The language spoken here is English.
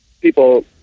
people